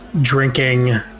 drinking